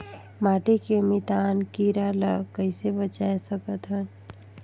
माटी के मितान कीरा ल कइसे बचाय सकत हन?